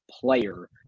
player